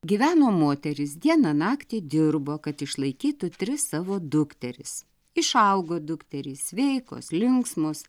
gyveno moteris dieną naktį dirbo kad išlaikytų tris savo dukteris išaugo dukterys sveikos linksmos